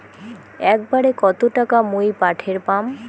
একবারে কত টাকা মুই পাঠের পাম?